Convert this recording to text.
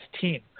team